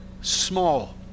small